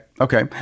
okay